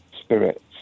spirits